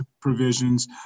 provisions